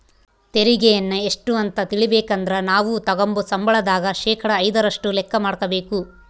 ತೆರಿಗೆಯನ್ನ ಎಷ್ಟು ಅಂತ ತಿಳಿಬೇಕಂದ್ರ ನಾವು ತಗಂಬೋ ಸಂಬಳದಾಗ ಶೇಕಡಾ ಐದರಷ್ಟು ಲೆಕ್ಕ ಮಾಡಕಬೇಕು